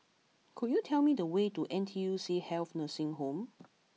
could you tell me the way to N T U C Health Nursing Home